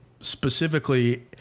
specifically